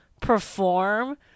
perform